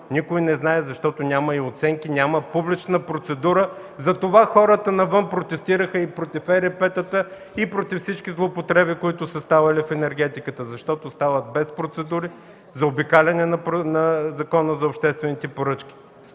Никой не знае, защото няма оценки, няма публична процедура. Затова хората навън протестираха и против ЕРП-тата, и против всички злоупотреби, които са ставали в енергетиката, защото стават без процедури, заобикаляне на Закона за обществените поръчки.